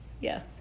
yes